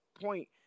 point